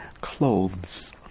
clothes